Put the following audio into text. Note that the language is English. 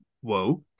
whoa